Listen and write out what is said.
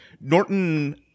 Norton